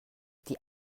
die